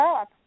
up